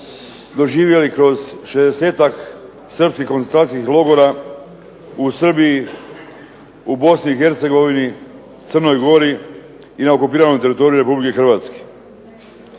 doživjeli kroz 60-ak srpskih koncentracijskih logora u Srbiji, u Bosni i Hercegovini, Crnoj Gori i na okupiranom teritoriju Republike Hrvatske.